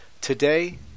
Today